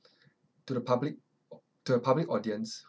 to the public to the public audience